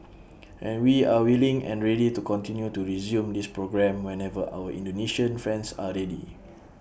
and we are willing and ready to continue to resume this programme whenever our Indonesian friends are ready